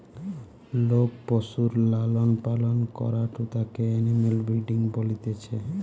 লোক পশুর লালন পালন করাঢু তাকে এনিম্যাল ব্রিডিং বলতিছে